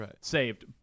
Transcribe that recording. saved